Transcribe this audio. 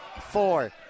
four